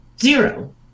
zero